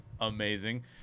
Amazing